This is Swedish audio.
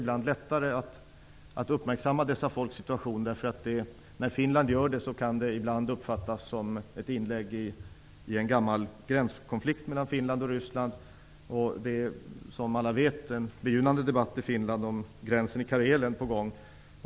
Ibland är det lättare för Sverige att uppmärksamma dessa folks situation, därför att det när Finland gör det ibland kan uppfattas som ett inlägg i en gammal gränskonflikt mellan Finland och Ryssland. Som alla vet pågår det i Finland en debatt om gränsen i Karelen.